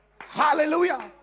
Hallelujah